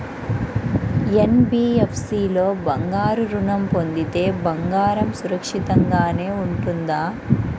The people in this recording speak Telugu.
ఎన్.బీ.ఎఫ్.సి లో బంగారు ఋణం పొందితే బంగారం సురక్షితంగానే ఉంటుందా?